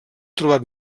trobat